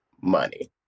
money